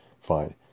Fine